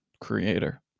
creator